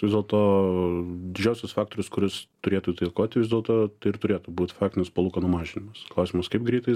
vis dėlto didžiausias faktorius kuris turėtų įtakoti vis dėl to ir turėtų būt faktinis palūkanų mažinimas klausimas kaip greitai